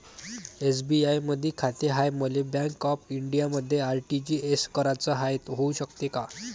SBI मधी खाते हाय, मले बँक ऑफ इंडियामध्ये आर.टी.जी.एस कराच हाय, होऊ शकते का?